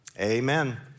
amen